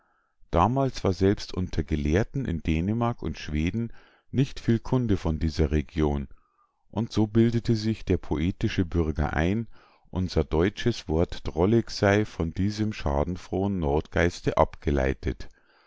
damals war selbst unter gelehrten in dänemark und schweden nicht viel kunde von dieser region und so bildete sich der poetische bürger ein unser deutsches wort drollig sei von diesem schadenfrohen nordgeiste abgeleitet